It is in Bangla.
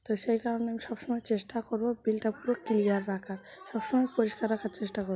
তো সেই কারণে আমি সবসময় চেষ্টা করব বিলটা পুরো ক্লিয়ার রাখার সবসময় পরিষ্কার রাখার চেষ্টা করব